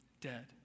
dead